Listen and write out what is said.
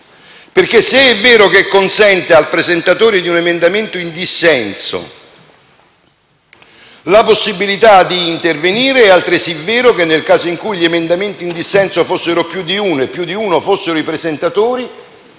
fondo: se è vero che consente al presentatore di un emendamento in dissenso la possibilità di intervenire, è altresì vero che nel caso in cui gli emendamenti in dissenso fossero più di uno, e più di uno fossero i presentatori,